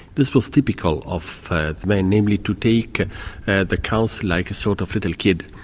this was typical of the man, namely to take the council, like a sort of little kid,